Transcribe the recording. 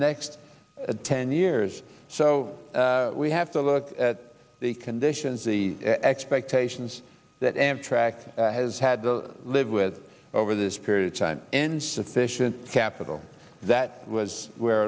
next ten years so we have to look at the conditions the expectations that amtrak has had to live with over this period of time insufficient capital that was where